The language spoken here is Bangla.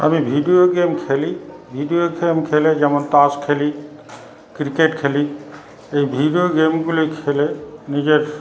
আমি ভিডিও গেম খেলি ভিডিও গেম খেলে যেমন তাস খেলি ক্রিকেট খেলি এই ভিডিও গেমগুলি খেলে নিজের